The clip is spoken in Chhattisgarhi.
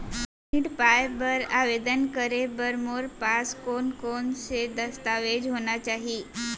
ऋण पाय बर आवेदन करे बर मोर पास कोन कोन से दस्तावेज होना चाही?